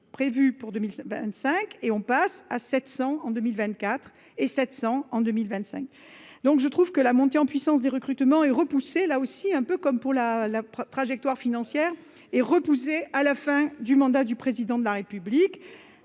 prévue pour 2025 et on passe à 700 en 2024 et 700 en 2025. Donc je trouve que la montée en puissance des recrutements et repousser là aussi un peu comme pour la la trajectoire financière est repoussée à la fin du mandat du président de la République